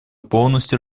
полностью